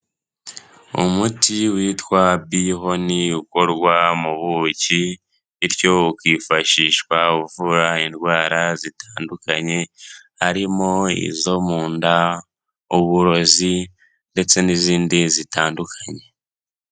Umuti witwa bihoni ukorwa mu buki, bityo ukifashishwa uvura indwara zitandukanye harimo izo mu nda uburozi ndetse n'izindi zitandukanye.